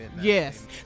Yes